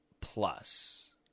plus